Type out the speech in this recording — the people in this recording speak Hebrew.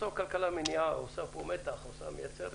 בסוף כלכלה מניעה, עושה פה מתח, מייצרת,